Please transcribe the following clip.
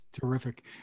Terrific